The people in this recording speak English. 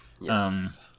Yes